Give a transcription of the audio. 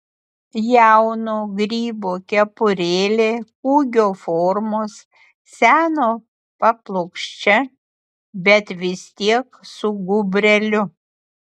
jauno grybo kepurėlė kūgio formos seno paplokščia bet vis tiek su gūbreliu